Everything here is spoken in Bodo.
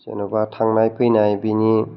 जेन'बा थांनाय फैनाय बेनि